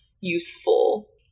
useful